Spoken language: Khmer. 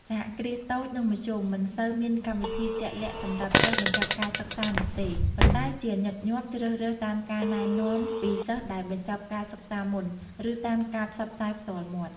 សហគ្រាសតូច និងមធ្យម មិនសូវមានកម្មវិធីជាក់លាក់សម្រាប់សិស្សបញ្ចប់ការសិក្សានោះទេ ប៉ុន្តែជាញឹកញាប់ជ្រើសរើសតាមការណែនាំពីសិស្សដែលបញ្ចប់ការសិក្សាមុន ឬតាមការផ្សព្វផ្សាយផ្ទាល់មាត់។